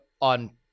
on